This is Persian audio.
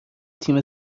تیم